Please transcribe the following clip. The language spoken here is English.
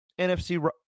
NFC